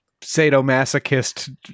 sadomasochist